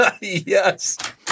Yes